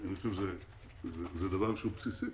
אני חושב שהוא דבר בסיסי,